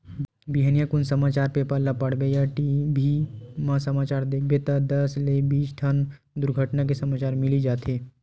बिहनिया कुन समाचार पेपर ल पड़बे या टी.भी म समाचार देखबे त दस ले बीस ठन दुरघटना के समाचार मिली जाथे